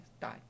die